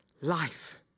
Life